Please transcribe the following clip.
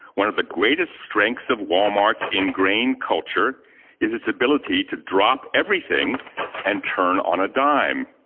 one of the greatest strengths of walmart's engrained culture is its ability to drop everything and turn on a dime.